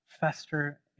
fester